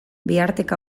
bihartik